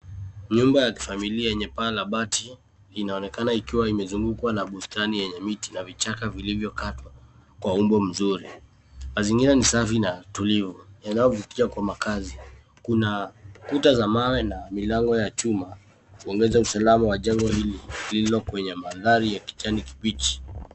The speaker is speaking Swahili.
Nyumba ya kifamilia, yenye paa la bati inaonekana ikiwa imezungukwa na bustani yenye miti na vichaka vilivyokatwa kwa umbo mzuri. Mazingira ni safi na tulivu, yanayovutia kwa makaazi. Kuna kuta za mawe na milango ya chuma, kuongeza usalama wa jengo hili, lililo kwenye mandhari ya kijani kibichi.